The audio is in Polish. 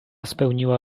spełniła